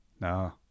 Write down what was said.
No